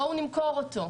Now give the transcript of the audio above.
בואו נמכור אותו.